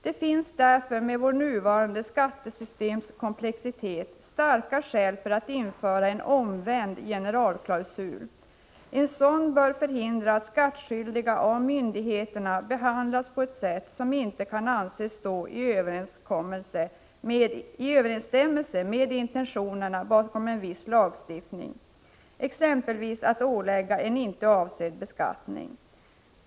Det finns därför med vårt nuvarande skattesystems komplexitet starka skäl för att införa en omvänd generalklausul. En sådan bör förhindra att skattskyldiga av myndigheterna behandlas på ett sätt som inte kan anses stå i överensstämmelse med intentionerna bakom en viss lagstiftning, exempelvis att ålägga personer en icke avsedd beskattning.